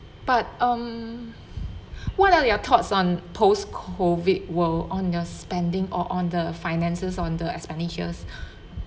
but um what are your thoughts on post-COVID world on your spending or on the finances on the expenditures